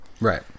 Right